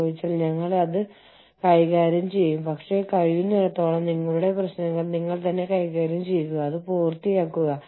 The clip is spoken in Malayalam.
എന്നാൽ നിങ്ങൾ മോട്ടറൈസ്ഡ് വാഹനങ്ങളുടെ വലിയ വ്യത്യസ്തമായ വ്യതിയാനങ്ങൾ ഉണ്ടാക്കുകയാണ്